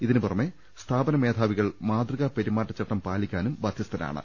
ഇതി നുപുറമെ സ്ഥാപന മേധാവികൾ മാതൃകാ പ്പെരുമാറ്റച്ചട്ടം പാലിക്കാനും ബാധ്യസ്ഥരാണ്